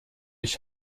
ich